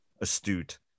astute